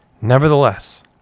Nevertheless